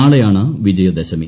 നാളെയാണ് വിജയദശമി